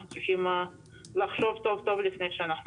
אנחנו צריכים לחשוב טוב-טוב לפני שאנחנו